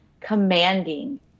commanding